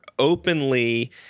openly